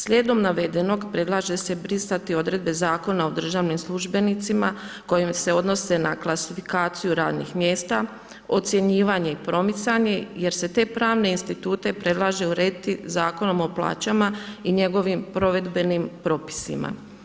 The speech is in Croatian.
Slijedom navedenog predlaže se brisati odredbe Zakona o državnim službenicima koje se odnose na klasifikaciju radnih mjesta, ocjenjivanje i promicanje jer se te pravne institute predlaže urediti Zakonom o plaćama i njegovim provedbenim propisima.